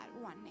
one